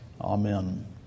Amen